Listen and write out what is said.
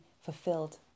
fulfilled